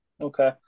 Okay